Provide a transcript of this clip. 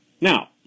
Now